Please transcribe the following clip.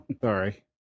Sorry